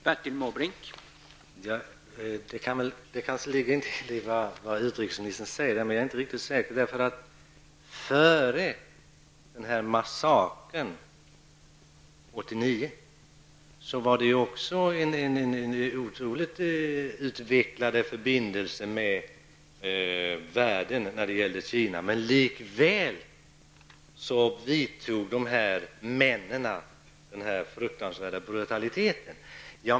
Herr talman! Det ligger kanske en hel del i det som utrikesministern säger, men jag är inte så säker. Före massakern 1989 var förbindelserna mellan Kina och den övriga världen otroligt utvecklade, men likväl uppvisades samma fruktansvärda brutalitet.